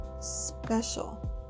special